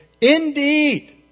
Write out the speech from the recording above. indeed